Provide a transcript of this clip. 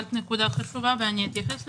אמרת נקודה חשובה ואתייחס אליה.